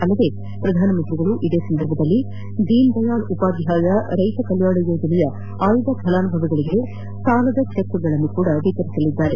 ಅಲ್ಲದೆ ಪ್ರಧಾನಿ ಅವರು ಇದೇ ಸಂದರ್ಭದಲ್ಲಿ ದೀನ್ ದಯಾಳ್ ಉಪಾಧ್ಯಾಯ ರೈತರ ಕಲ್ಯಾಣ ಯೋಜನೆಯ ಆಯ್ದ ಪಲಾನುಭವಿಗಳಿಗೆ ಸಾಲದ ಚೆಕ್ ಅನ್ನು ವಿತರಿಸಲಿದ್ದಾರೆ